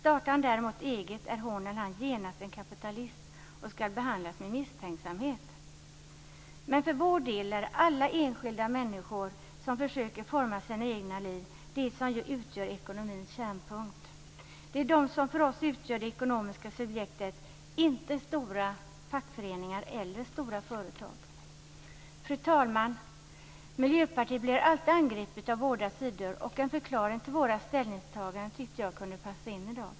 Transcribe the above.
Startar han däremot eget blir hon eller han genast en kapitalist och ska behandlas med misstänksamhet. Men för vår del är alla enskilda människor som försöker forma sina egna liv det som utgör ekonomins kärnpunkt. Det är de som för oss utgör det ekonomiska subjektet, inte stora fackföreningar eller stora företag. Fru talman! Miljöpartiet blir alltid angripet av båda sidor, och jag tycker att det kan vara på sin plats med en förklaring till våra ställningstaganden.